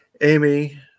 amy